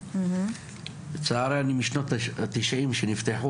עינב דלח, הנהגת ההורים הארצית.